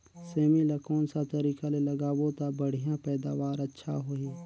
सेमी ला कोन सा तरीका ले लगाबो ता बढ़िया पैदावार अच्छा होही?